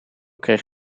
kreeg